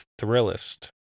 Thrillist